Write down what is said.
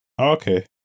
Okay